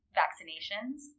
vaccinations